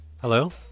Hello